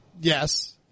Yes